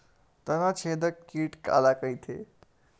तनाछेदक कीट काला कइथे?